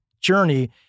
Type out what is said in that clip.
journey